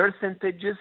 percentages